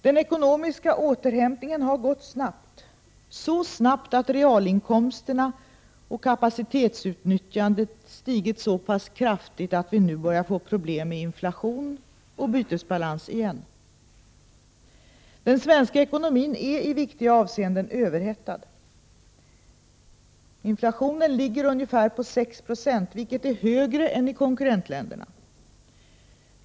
Den ekonomiska återhämtningen har gått snabbt; så snabbt att realinkomsterna och kapacitetsutnyttjandet stigit så pass kraftigt att vi nu börjar få problem med inflationen och bytesbalansen igen. Den svenska ekonomin är i viktiga avseenden överhettad. Inflationen ligger på ungefär 6 96, vilket är högre än i konkurrentländerna.